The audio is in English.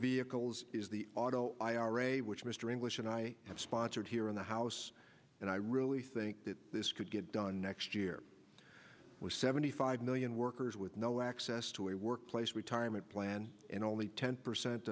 vehicles is the auto ira which mr english and i have sponsored here in the house and i really think that this could get done next year with seventy five million workers with no access to a workplace retirement plan and only ten percent